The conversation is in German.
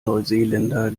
neuseeländer